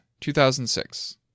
2006